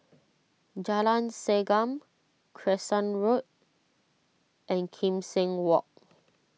Jalan Segam Crescent Road and Kim Seng Walk